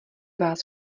vás